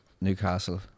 Newcastle